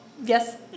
yes